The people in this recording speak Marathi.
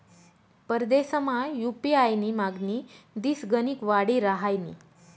परदेसमा यु.पी.आय नी मागणी दिसगणिक वाडी रहायनी